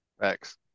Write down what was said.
Thanks